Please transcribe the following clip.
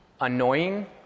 Annoying